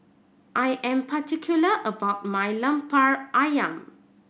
I am particular about my Lemper Ayam